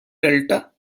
delta